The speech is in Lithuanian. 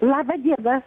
laba diena